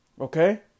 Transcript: Okay